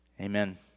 amen